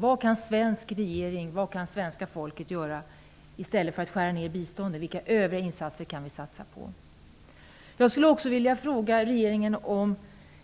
Vad kan den svenska regeringen och det svenska folket göra i stället för att skära ned biståndet? Vilka övriga insatser kan vi göra? Jag skulle också vilja fråga regeringen om